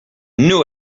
knew